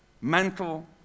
mental